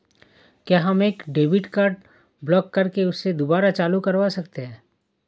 क्या हम एक डेबिट कार्ड ब्लॉक करके उसे दुबारा चालू करवा सकते हैं?